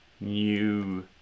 new